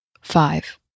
five